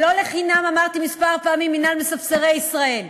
ולא לחינם אמרתי כמה פעמים "מינהל מספסרי ישראל".